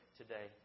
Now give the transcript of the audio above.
today